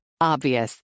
Obvious